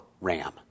ram